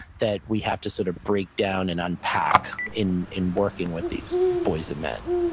that we have to sort of break down and unpack in in working with these boys and men